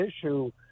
issue